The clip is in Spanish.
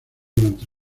durante